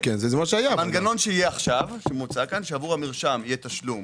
המנגנון שמוצע כאן שעבור המרשם יהיה תשלום